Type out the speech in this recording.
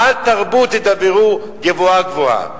"אל תרבו תדברו גבהה-גבהה".